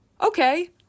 okay